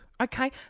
Okay